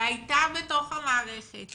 שהייתה בתוך המערכת